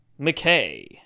McKay